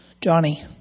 Johnny